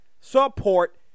support